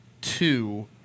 two